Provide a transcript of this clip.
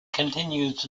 continues